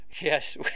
yes